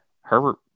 Herbert